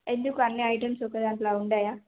ఎందుకు అన్నీ ఐటమ్స్ ఒక దాంట్లో ఉంటాయా